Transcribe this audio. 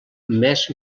més